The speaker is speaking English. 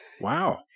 wow